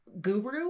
guru